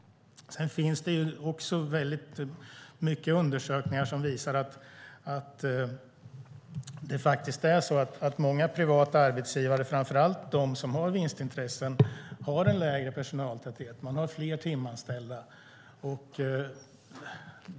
Det finns undersökningar som visar att många privata arbetsgivare, framför allt de som har vinstintressen, har en lägre personaltäthet. De har fler timanställda.